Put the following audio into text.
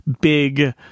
big